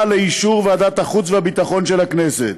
לאישור ועדת החוץ והביטחון של הכנסת.